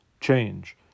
change